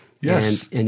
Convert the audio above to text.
Yes